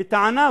בטענה,